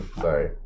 Sorry